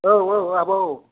औ औ आब' औ